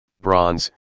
bronze